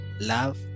love